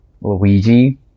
Luigi